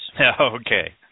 Okay